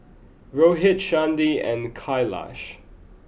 Rohit Chandi and Kailash